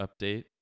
update